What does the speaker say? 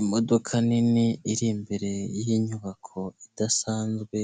Imodoka nini, iri imbere y'inyubako idasanzwe,